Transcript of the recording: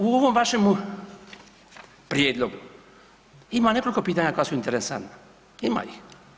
U ovom vašem prijedlogu ima nekoliko pitanja koja su interesantna, ima ih.